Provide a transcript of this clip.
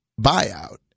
buyout